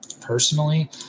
personally